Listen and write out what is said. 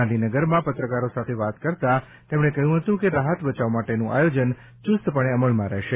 ગાંધીનગરમાં પત્રકારો સાથે વાત કરતાં તેમણે કહ્યું હતું કે રાહત બચાવ માટેનું આયોજન ચુસ્તપણે અમલમાં રહેશે